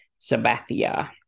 Sabathia